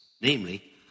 Namely